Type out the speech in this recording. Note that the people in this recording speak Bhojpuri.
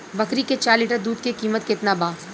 बकरी के चार लीटर दुध के किमत केतना बा?